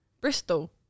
bristol